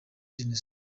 jenoside